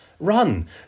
Run